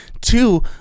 Two